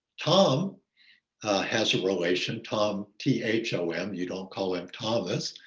tom has a relation, thom, t h o m. you don't call him thomas,